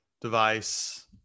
device